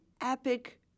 epic